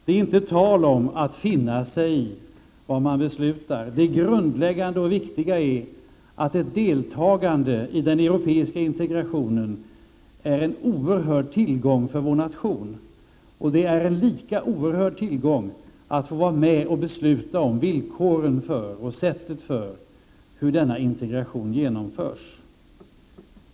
Det är inte tal om att finna sig i vad någon beslutar. Det grundläggande och viktiga är att ett deltagande i den europeiska integrationen är en oerhörd tillgång för vår nation, och det är en lika oerhörd tillgång att få vara med och besluta om villkoren för och sättet för hur denna integration genomförs.